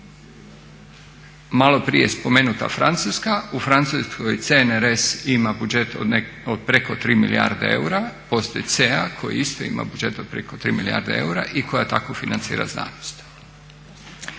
Maloprije spomenuta Francuska, u Francuskoj CNRS ima budžet od preko 3 milijarde eura, postoji CEA koji isto ima budžet od preko 3 milijarde eura i koja tako financira znanost.